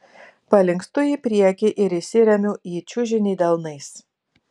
palinkstu į priekį ir įsiremiu į čiužinį delnais